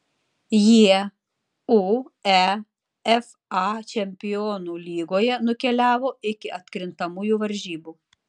jie uefa čempionų lygoje nukeliavo iki atkrintamųjų varžybų